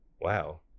Wow